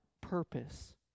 purpose